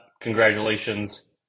Congratulations